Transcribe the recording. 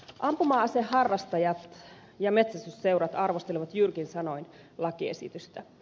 ampuma aseharrastajat ja metsästysseurat arvostelevat jyrkin sanoin lakiesitystä